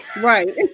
Right